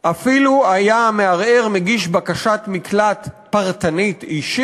אפילו היה המערער מגיש בקשת מקלט פרטנית-אישית,